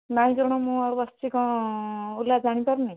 ନାହିଁ କ'ଣ ମୁଁ ଆଉ ବସିଛି କ'ଣ ଓଲା ଜାଣିପାରୁନାହିଁ